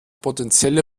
potenzielle